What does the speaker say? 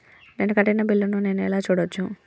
నేను కట్టిన బిల్లు ను నేను ఎలా చూడచ్చు?